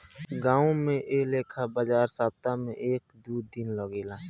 गांवो में ऐ लेखा बाजार सप्ताह में एक दू दिन लागेला